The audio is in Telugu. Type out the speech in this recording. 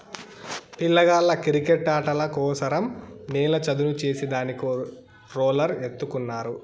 పిల్లగాళ్ళ కిరికెట్టాటల కోసరం నేల చదును చేసే దానికి రోలర్ ఎత్తుకున్నారు